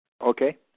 Okay